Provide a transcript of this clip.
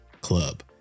Club